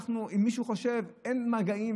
אם מישהו חושב: אין מגעים,